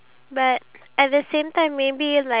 no that's you